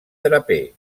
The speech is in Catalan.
draper